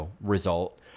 result